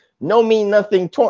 no-mean-nothing